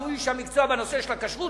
שהוא איש המקצוע בנושא הכשרות,